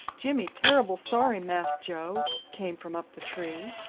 jimmy terribull sorry, mass joe, came from up the tree.